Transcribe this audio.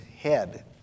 head